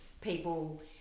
people